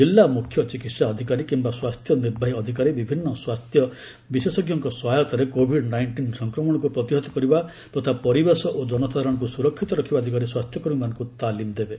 ଜିଲ୍ଲା ମୁଖ୍ୟ ଚିକିତ୍ସା ଅଧିକାରୀ କିମ୍ବା ସ୍ୱାସ୍ଥ୍ୟ ନିର୍ବାହୀ ଅଧିକାରୀ ବିଭିନ୍ନ ସ୍ୱାସ୍ଥ୍ୟ ବିଶେଷଜ୍ଞଙ୍କ ସହାୟତାରେ କୋଭିଡ୍ ନାଇଷ୍ଟିନ୍ ସଂକ୍ରମଣକୁ ପ୍ରତିହତ କରିବା ତଥା ପରିବେଶ ଓ ଜନସାଧାରଣଙ୍କୁ ସୁରକ୍ଷିତ ରଖିବା ଦିଗରେ ସ୍ୱାସ୍ଥ୍ୟକର୍ମୀମାନଙ୍କୁ ତାଲିମ ଦେବେ